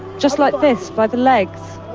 just like this, by the legs.